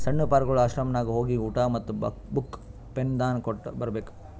ಸಣ್ಣು ಪಾರ್ಗೊಳ್ ಆಶ್ರಮನಾಗ್ ಹೋಗಿ ಊಟಾ ಮತ್ತ ಬುಕ್, ಪೆನ್ ದಾನಾ ಕೊಟ್ಟ್ ಬರ್ಬೇಕ್